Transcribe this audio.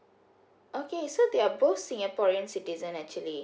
okay so they're both singaporean citizen actually